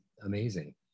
amazing